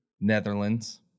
Netherlands